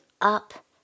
up